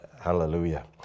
hallelujah